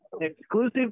Exclusive